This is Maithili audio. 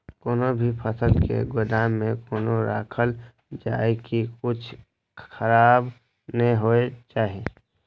कोनो भी फसल के गोदाम में कोना राखल जाय की कुछ दिन खराब ने होय के चाही?